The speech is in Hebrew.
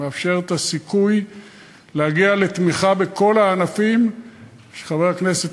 מאפשר את הסיכוי להגיע לתמיכה בכל הענפים שחבר הכנסת